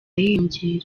yiyongera